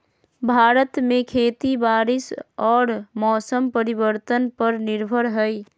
भारत में खेती बारिश और मौसम परिवर्तन पर निर्भर हई